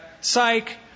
Psych